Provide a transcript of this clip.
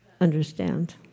understand